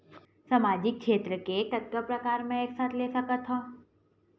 सामाजिक क्षेत्र के कतका प्रकार के लाभ मै एक साथ ले सकथव?